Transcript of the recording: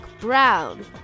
brown